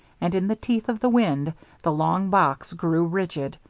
and in the teeth of the wind the long box grew rigid,